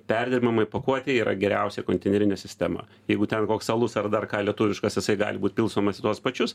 perdirbamai pakuotei yra geriausia konteinerinė sistema jeigu ten koks alus ar dar ką lietuviškas jisai gali būt pilstomas į tuos pačius